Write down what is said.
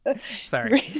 sorry